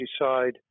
decide